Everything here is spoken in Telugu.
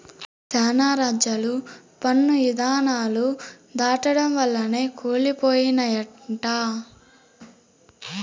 శానా రాజ్యాలు పన్ను ఇధానాలు దాటడం వల్లనే కూలి పోయినయంట